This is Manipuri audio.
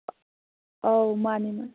ꯑꯥꯎ ꯃꯥꯟꯅꯦ ꯃꯥꯟꯅꯦ